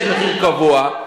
יש מחיר קבוע.